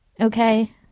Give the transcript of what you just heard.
Okay